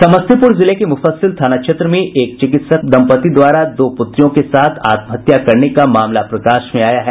समस्तीपुर जिले के मुफस्सिल थाना क्षेत्र में एक चिकित्सक दंपति द्वारा दो पुत्रियों के साथ आत्महत्या करने का मामला प्रकाश में आया है